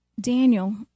Daniel